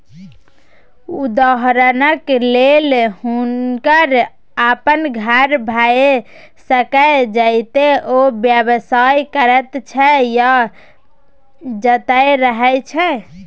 उदहारणक लेल हुनकर अपन घर भए सकैए जतय ओ व्यवसाय करैत छै या जतय रहय छै